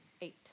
Eight